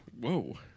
Whoa